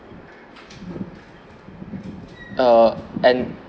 err an